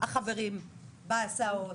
החברים בהסעות,